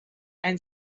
and